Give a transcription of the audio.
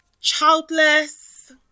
childless